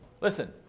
Listen